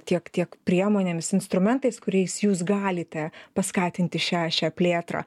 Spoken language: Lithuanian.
tiek tiek priemonėmis instrumentais kuriais jūs galite paskatinti šią šią plėtrą